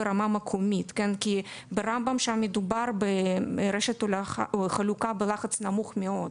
ברמה מקומית כי ברמב"ם מדובר ברשת חלוקה בלחץ נמוך מאוד,